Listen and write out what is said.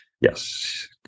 Yes